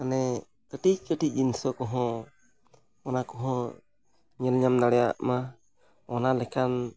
ᱢᱟᱱᱮ ᱠᱟᱹᱴᱤᱡ ᱠᱟᱹᱴᱤᱡ ᱡᱤᱱᱤᱥ ᱠᱚᱦᱚᱸ ᱚᱱᱟ ᱠᱚᱦᱚᱸ ᱧᱮᱞ ᱧᱟᱢ ᱫᱟᱲᱮᱭᱟᱜ ᱢᱟ ᱚᱱᱟ ᱞᱮᱠᱟᱱ